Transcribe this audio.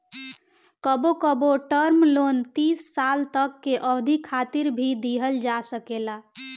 कबो कबो term loan तीस साल तक के अवधि खातिर भी दीहल जा सकेला